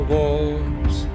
Wars